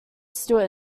stewart